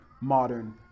modern